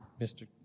Mr